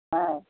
অঁ